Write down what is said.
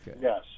Yes